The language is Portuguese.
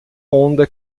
onda